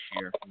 year